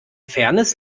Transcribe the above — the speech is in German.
fairness